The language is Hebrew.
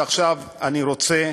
ועכשיו אני רוצה